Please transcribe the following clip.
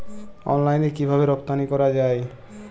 অনলাইনে কিভাবে রপ্তানি করা যায়?